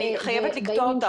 אני חייבת לקטוע אותך.